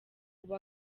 ubu